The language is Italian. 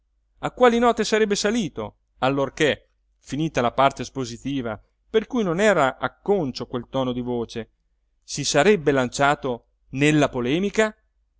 a quali note sarebbe salito allorché finita la parte espositiva per cui non era acconcio quel tono di voce si sarebbe lanciato nella polemica